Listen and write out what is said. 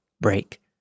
break